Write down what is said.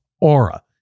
Aura